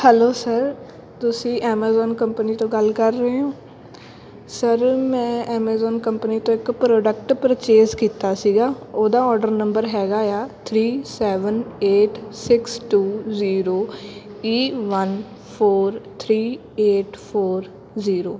hello sir ਤੁਸੀਂ Amazon company ਤੋਂ ਗੱਲ ਕਰ ਰਹੇ ਹੋ ਸਰ ਮੈਂ ਐਮਾਜ਼ਨ ਕੰਪਨੀ ਤੋਂ ਇੱਕ ਪ੍ਰੋਡਕਟ ਪਰਚੇਸ ਕੀਤਾ ਸੀਗਾ ਉਹਦਾ ਔਡਰ ਨੰਬਰ ਹੈਗਾ ਆ three seven eight six two zero E one four three eight four zero